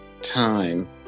time